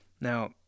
Now